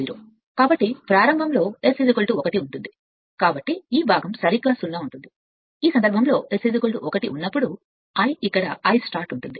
కాబట్టి S 1 ప్రారంభంలో ఈ లోడ్ను ప్రారంభించండి కాబట్టి ఈ భాగం 0 సరిగ్గా ఉంటుంది ఈ సందర్భంలో S 1 ఉన్నప్పుడు I ఇక్కడే ప్రారంభిస్తాను